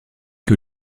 que